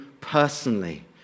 personally